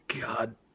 God